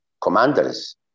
commanders